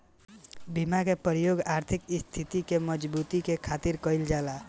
बीमा के प्रयोग आर्थिक स्थिति के मजबूती करे खातिर कईल जाला